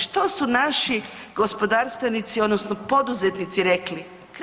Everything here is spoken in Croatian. Što su naši gospodarstvenici odnosno poduzetnici rekli?